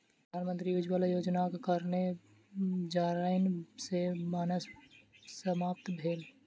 प्रधानमंत्री उज्ज्वला योजनाक कारणेँ जारैन सॅ भानस समाप्त भेल